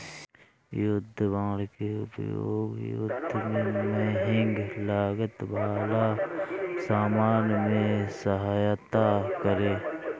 युद्ध बांड के उपयोग युद्ध में महंग लागत वाला सामान में सहायता करे